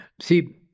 See